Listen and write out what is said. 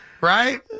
right